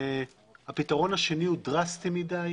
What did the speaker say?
הפתרון השני הוא דרסטי מדי.